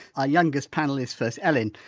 our youngest panel is first ellen.